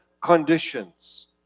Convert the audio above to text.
conditions